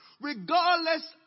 regardless